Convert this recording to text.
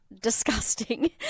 disgusting